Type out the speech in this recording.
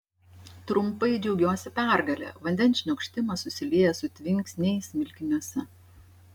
trumpai džiaugiuosi pergale vandens šniokštimas susilieja su tvinksniais smilkiniuose